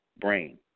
brain